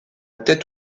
tête